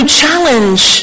challenge